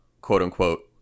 quote-unquote